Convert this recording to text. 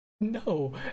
No